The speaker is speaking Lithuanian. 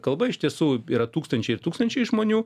kalba iš tiesų yra tūkstančiai ir tūkstančiai žmonių